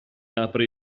apre